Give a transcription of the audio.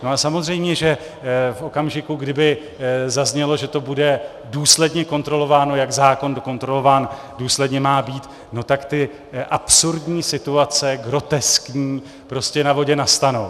A samozřejmě že v okamžiku, kdy by zaznělo, že to bude důsledně kontrolováno, jak zákon kontrolován důsledně má být, tak ty absurdní situace, groteskní, prostě na vodě nastanou.